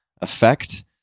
effect